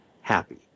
happy